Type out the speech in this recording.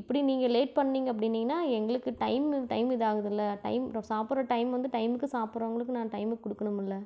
இப்படி நீங்கள் லேட் பண்ணீங்க அப்படினிங்கனா எங்களுக்கு டைம் டைம் இதாகுதுல்ல டைம் சாப்பிட்ற டைம் வந்து டைம்முக்கு சாப்பிட்றவங்களுக்கு நான் டைமுக்கு கொடுக்குணுமுல்ல